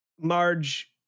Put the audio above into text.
Marge